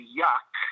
yuck